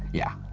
yeah,